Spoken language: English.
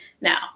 Now